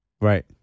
Right